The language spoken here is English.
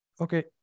okay